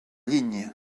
lignes